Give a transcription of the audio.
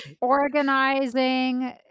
organizing